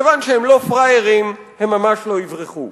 מכיוון שהם לא פראיירים הם ממש לא יברחו.